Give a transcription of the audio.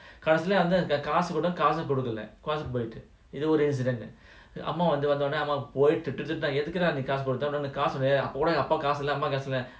costly காசுகூடகொடுக்கலகாசு போயிடுஅம்மாவந்துஉடனேதிட்டுஎதுக்குடாகாசுகொடுத்தஅப்போகூடஅப்பாக்குகாசுஇல்லஅம்மாக்குகாசுஇல்லனு:kaasu kooda kodukala kaasu poitu amma vandhu udane thitu edhukuda kaasu kodutha apo kooda appaku kaasu illa ammaaku kaasu illanu